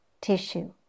tissue